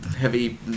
Heavy